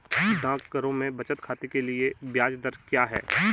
डाकघरों में बचत खाते के लिए ब्याज दर क्या है?